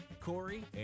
Corey